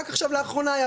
רק לאחרונה.